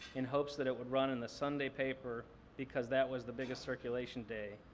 in hopes that it would run in the sunday paper because that was the biggest circulation day.